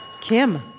Kim